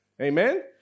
Amen